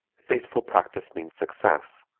faithful practice means success,